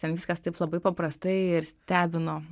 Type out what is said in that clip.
ten viskas taip labai paprastai ir stebino